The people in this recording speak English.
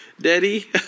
daddy